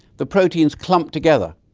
the proteins clump together.